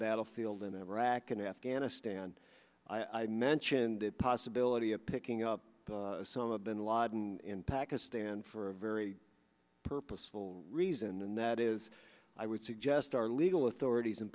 battlefield in iraq and afghanistan i mentioned the possibility of picking up some of bin laden in pakistan and for a very purposeful reason and that is i would suggest our legal authorities